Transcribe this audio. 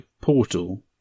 portal